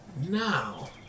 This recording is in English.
now